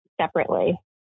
separately